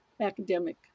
academic